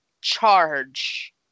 charge